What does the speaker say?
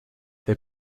they